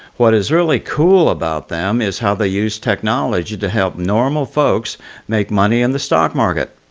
what is really cool about them is how they use technology to help normal folks make money in the stock market.